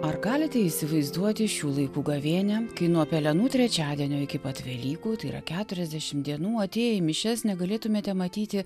ar galite įsivaizduoti šių laikų gavėnią kai nuo pelenų trečiadienio iki pat velykų tai yra keturiasdešim dienų dienų atėję į mišias negalėtumėte matyti